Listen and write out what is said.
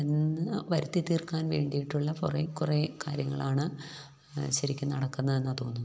എന്ന് വരുത്തിത്തീർക്കാൻ വേണ്ടിയിട്ടുള്ള കുറെ കുറെ കാര്യങ്ങളാണ് ശരിക്കും നടക്കുന്നതെന്നാണ് തോന്നുന്നത്